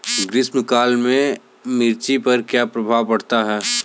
ग्रीष्म काल में मिर्च पर क्या प्रभाव पड़ता है?